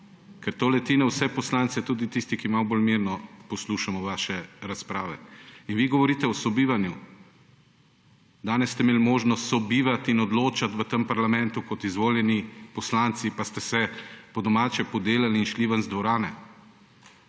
ker to leti na vse poslance, tudi tiste, ki malo bolj mirni poslušamo vaše razprave. In vi govorite o sobivanju? Danes ste imeli možnost sobivati in odločati v tem parlamentu kot izvoljeni poslanci, pa ste se, po domače, podelali in šli ven iz dvorane.